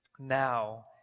now